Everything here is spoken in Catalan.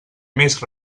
més